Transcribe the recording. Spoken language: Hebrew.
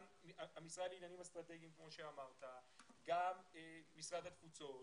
גם המשרד לעניינים אסטרטגיים, גם משרד התפוצות,